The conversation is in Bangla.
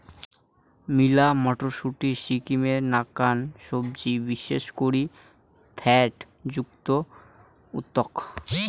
লিমা মটরশুঁটি, সিমের নাকান সবজি বিশেষ করি ফ্যাট মুক্ত উৎস